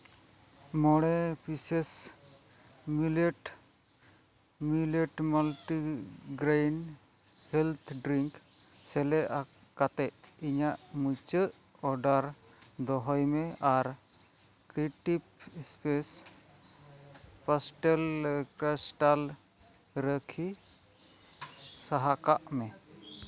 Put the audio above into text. ᱢᱚᱬᱮ pieces millet millet multi green health drink ᱥᱮᱞᱮᱫ ᱠᱟᱛᱮ ᱤᱧᱟᱹᱜ ᱢᱩᱪᱟᱹᱫ ᱚᱰᱟᱨ ᱫᱚᱦᱚᱭ ᱢᱮ ᱟᱨ ᱠᱨᱤᱴᱤ ᱥᱯᱮᱥ ᱯᱟᱥᱴᱮᱞ ᱠᱨᱟᱥᱴᱟᱞ ᱨᱟᱹᱠᱷᱤ ᱥᱟᱦᱟ ᱠᱟᱜ ᱢᱮ